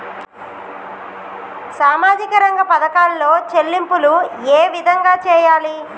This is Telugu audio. సామాజిక రంగ పథకాలలో చెల్లింపులు ఏ విధంగా చేయాలి?